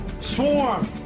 swarm